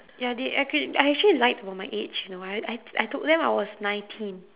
ya they act~ I actually lied about my age you know I I t~ I told them I was nineteen